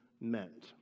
meant